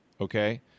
okay